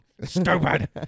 Stupid